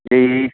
ਜੀ